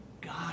God